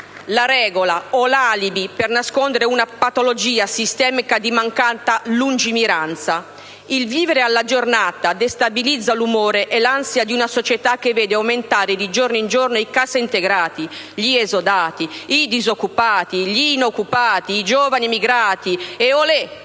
la regola o l'alibi per nascondere una patologia sistemica di mancata lungimiranza. Il vivere alla giornata destabilizza l'umore e l'ansia di una società che vede aumentare di giorno in giorno i cassaintegrati, gli esodati, i disoccupati, gli inoccupati, i giovani emigrati e - olè!